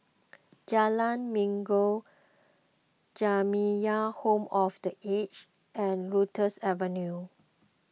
Jalan Minggu Jamiyah Home for the Aged and Lotus Avenue